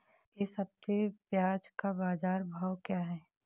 इस हफ्ते प्याज़ का बाज़ार भाव क्या है?